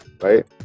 right